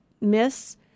miss